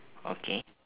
okay